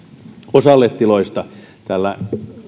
osalla tiloista tällä